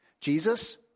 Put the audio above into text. Jesus